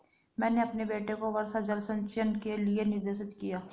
मैंने अपने बेटे को वर्षा जल संचयन के लिए निर्देशित किया